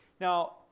Now